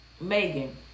Megan